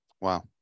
Wow